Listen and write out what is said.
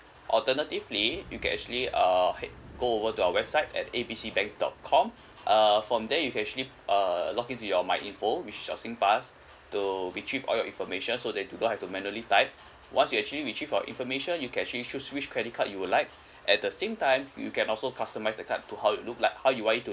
alternatively you can actually uh head go over to our website at A B C bank dot com uh from there you can actually uh log in to your Myinfo which is your Singpass so retrieve all your information so that you don't have to manually type once you actually retrieve your information you can actually choose which credit card you would like at the same time you can also customize the card to how it look like how you want it to